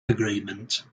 agreement